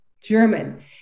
German